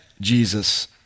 Jesus